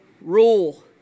rule